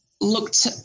looked